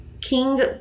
King